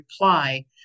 reply